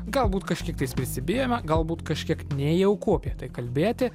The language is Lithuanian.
galbūt kažkiek tais prisibijome galbūt kažkiek nejauku apie tai kalbėti